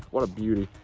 what a beauty.